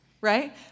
right